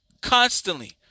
constantly